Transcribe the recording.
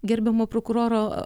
gerbiamo prokuroro